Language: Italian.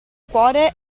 cuore